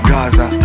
Gaza